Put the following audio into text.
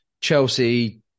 Chelsea